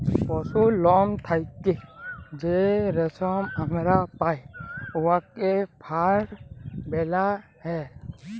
পশুর লম থ্যাইকে যে রেশম আমরা পাই উয়াকে ফার ব্যলা হ্যয়